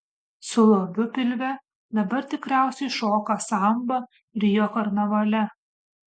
su lobiu pilve dabar tikriausiai šoka sambą rio karnavale